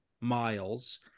Miles